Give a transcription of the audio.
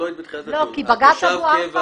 תושב ארעי